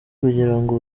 kugirango